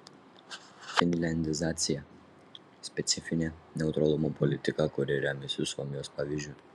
finliandizacija specifinė neutralumo politika kuri remiasi suomijos pavyzdžiu